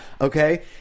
okay